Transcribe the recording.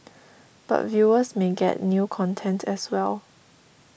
but viewers may get new content as well